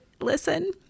listen